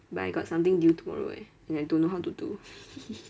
but I got something due tomorrow eh and I don't know how to do